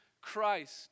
Christ